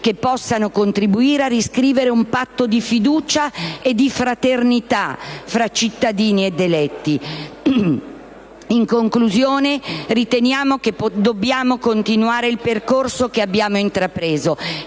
che possano contribuire a riscrivere un patto di fiducia e di fraternità tra cittadini ed eletti. In conclusione, riteniamo che dobbiamo continuare il percorso che abbiamo intrapreso